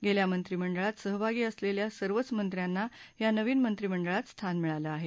गेल्या मंत्रीमंडळात सहभागी असलेल्या सर्वच मंत्र्यांना ह्या नवीन मंत्रीमंडळात स्थान मिळालं आहे